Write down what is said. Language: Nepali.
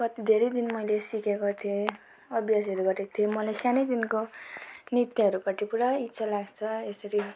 कति धेरै दिन मैले सिकेको थिएँ अभ्यासहरू गरेको थिएँ मैले सानैदेखिको नृत्यहरूपट्टि पुरा इच्छा लाग्छ यसरी